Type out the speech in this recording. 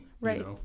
Right